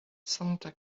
santa